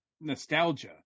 nostalgia